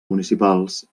municipals